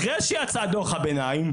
אחרי שיצא דו"ח הביניים,